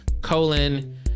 colon